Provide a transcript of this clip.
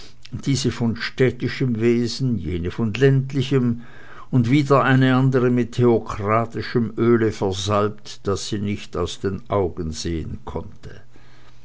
diese von städtischem wesen jene von ländlichem und wieder eine andere mit theokratischem öle versalbt daß sie nicht aus den augen sehen konnte